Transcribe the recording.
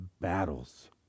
battles